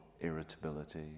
irritability